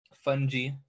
fungi